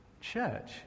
church